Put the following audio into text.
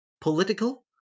political